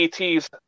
ETs